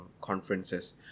conferences